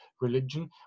religion